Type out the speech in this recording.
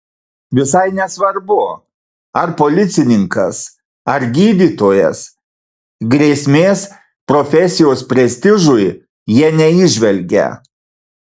visai nesvarbu ar policininkas ar gydytojas grėsmės profesijos prestižui jie neįžvelgia